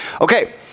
Okay